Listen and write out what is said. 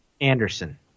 Anderson